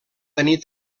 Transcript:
tenir